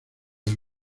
del